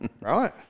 Right